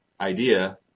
idea